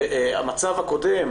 המצב הקודם,